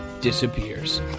disappears